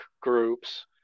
groups